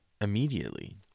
immediately